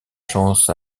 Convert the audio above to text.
chance